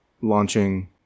launching